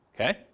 Okay